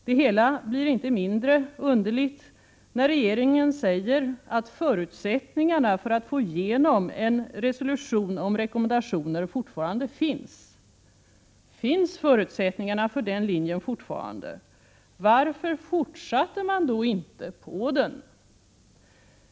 Det hela blir inte mindre underligt när regeringen säger att förutsättningarna för att få igenom en resolution om rekommendationer fortfarande finns. Finns förutsättningarna för den linjen fortfarande? Varför fortsatte man då inte på den?